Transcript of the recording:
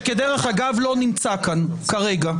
שדרך אגב לא נמצא כאן כרגע.